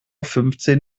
fünfzehn